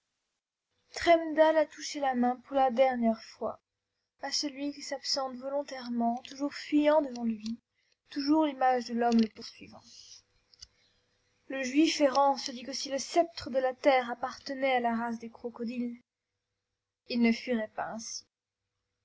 a touché la main pour la dernière fois à celui qui s'absente volontairement toujours fuyant devant lui toujours l'image de l'homme le poursuivant le juif errant se dit que si le sceptre de la terre appartenait à la race des crocodiles il ne fuirait pas ainsi